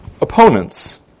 opponents